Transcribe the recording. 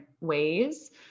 ways